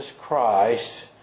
Christ